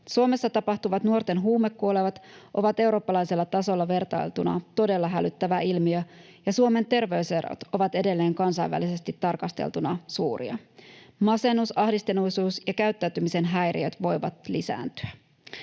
Suomessa tapahtuvat nuorten huumekuolemat ovat eurooppalaisella tasolla vertailtuna todella hälyttävä ilmiö, ja Suomen terveyserot ovat edelleen kansainvälisesti tarkasteltuna suuria. Masennus, ahdistuneisuus ja käyttäytymisen häiriöt voivat lisääntyä.